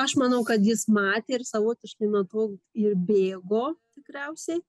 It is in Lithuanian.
aš manau kad jis matė ir savotiškai nuo to ir bėgo tikriausiai